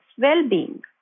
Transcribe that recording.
well-being